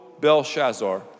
Belshazzar